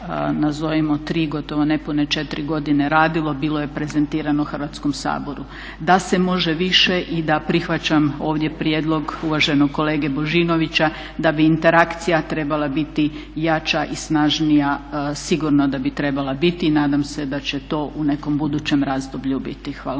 nazivom 3 gotovo nepune 4 godine radilo bilo je prezentirano Hrvatskom saboru. Da se može više i da prihvaćam ovdje prijedlog uvaženog kolega Božinovića da bi interakcija trebala biti jača i snažnija sigurno da bi trebala biti i nadam se da će to u nekom budućem razdoblju biti. Hvala